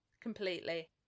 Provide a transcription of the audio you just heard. completely